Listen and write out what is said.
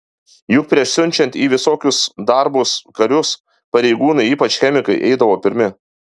juk prieš siunčiant į visokius darbus karius pareigūnai ypač chemikai eidavo pirmi